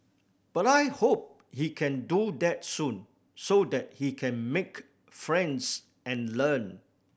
but I hope he can do that soon so that he can make friends and learn